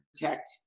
protect